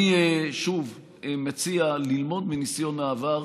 אני שוב אם מציע ללמוד מניסיון העבר.